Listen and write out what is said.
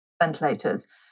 ventilators